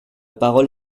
parole